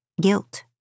Guilt